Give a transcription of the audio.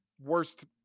Worst